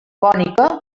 cònica